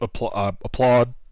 applaud